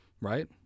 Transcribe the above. right